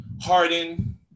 Harden